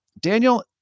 Daniel